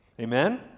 Amen